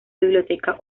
biblioteca